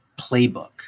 playbook